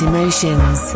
Emotions